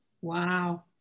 wow